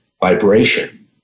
vibration